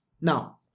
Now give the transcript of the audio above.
Now